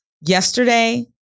Yesterday